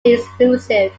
exclusive